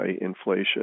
inflation